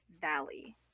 valley